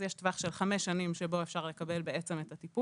אז יש טווח של חמש שנים בו אפשר לקבל את הטיפול.